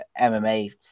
MMA